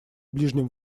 ближнем